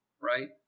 right